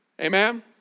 Amen